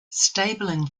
stabling